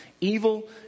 Evil